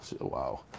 wow